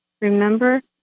Remember